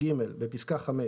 בפסקה (5)